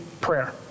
prayer